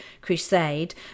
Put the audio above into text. Crusade